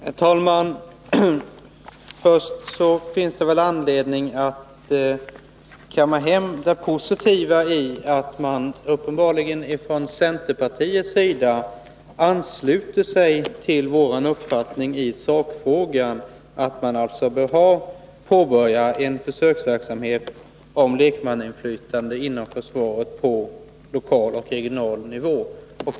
Herr talman! Först finns det väl anledning att kamma hem det positiva i att man uppenbarligen ifrån centerpartiets sida ansluter sig till vår uppfattning i sakfrågan — att man alltså bör påbörja en försöksverksamhet med lekmannainflytande inom försvaret på lokal och regional nivå.